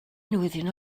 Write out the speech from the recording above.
newyddion